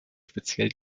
speziell